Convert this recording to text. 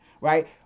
right